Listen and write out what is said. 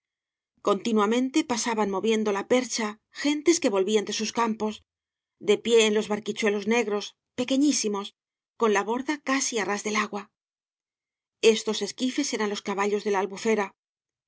continuamente pasaban moviendo la percha v blasoo ibáñbz gentes que volvían de sus campos de píe en los barquichuelos negros pequeñísimos con la borda casi á ras del agua estos esquifes eran los caballos de la albufera